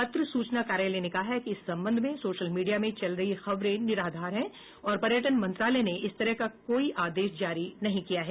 पत्र सूचना कार्यालय ने कहा है कि इस संबंध में सोशल मीडिया में चल रही खबरें निराधार हैं और पर्यटन मंत्रालय ने इस तरह का कोई आदेश जारी नहीं किया है